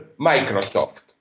Microsoft